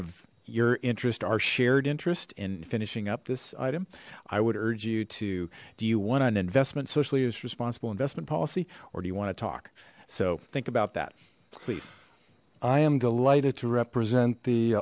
of your interest our shared interest in finishing up this item i would urge you to do you want an investment socially responsible investment policy or do you want to talk so think about that please i am delighted to represent the